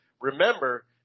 remember